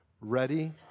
ready